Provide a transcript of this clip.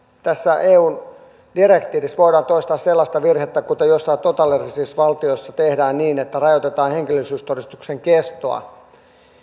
tässä eun direktiivissä voidaan toistaa sellainen virhe kuten joissain totalitaristisissa valtioissa tehdään että rajoitetaan henkilöllisyystodistuksen kestoa